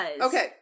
Okay